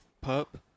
pup